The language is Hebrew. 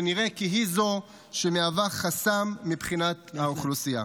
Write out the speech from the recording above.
שנראה כי היא זו שמהווה חסם מבחינת האוכלוסייה.